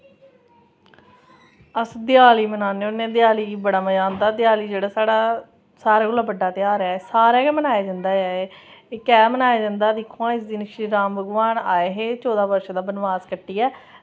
अस देआली बनान्ने होन्ने देआली गी बड़ा मज़ा आंदा देआली गी जेह्ड़ा सारें कोला बड्डा ध्यार ऐ एह् सारे गै मनाया जंदा एह् ते केह् बनाया जंदा ऐ दिक्खो हां इस दिन श्रीराम भगवान जी आए हे चौदां वर्ष दा वनवास कट्टियै